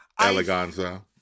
eleganza